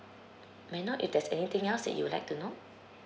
may I know if there's anything else that you would like to know